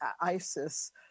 ISIS